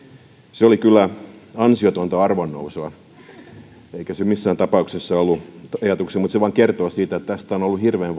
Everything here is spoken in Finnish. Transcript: se oli kyllä ansiotonta arvonnousua eikä se missään tapauksessa ollut ajatuksena mutta se vain kertoo siitä että tästä on ollut hirveän